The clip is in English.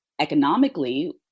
economically